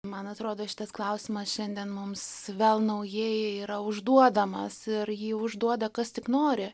man atrodo šitas klausimas šiandien mums vėl naujai yra užduodamas ir jį užduoda kas tik nori